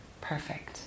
perfect